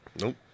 Nope